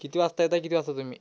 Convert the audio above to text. किती वाजता येता किती वाजता तुम्ही